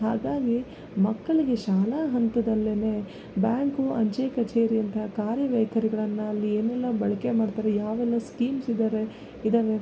ಹಾಗಾಗಿ ಮಕ್ಕಳ್ಗೆ ಶಾಲಾ ಹಂತದಲ್ಲೆ ಬ್ಯಾಂಕು ಅಂಚೆ ಕಚೇರಿಯಂಥ ಕಾರ್ಯ ವೈಖರಿಗಳನ್ನು ಅಲ್ಲಿ ಏನೆಲ್ಲ ಬಳಕೆ ಮಾಡ್ತಾರೆ ಯಾವೆಲ್ಲ ಸ್ಕೀಮ್ಸ್ ಇದಾರೆ ಇದವೆ